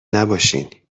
نباشین